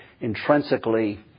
intrinsically